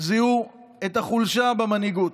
זיהו את החולשה במנהיגות.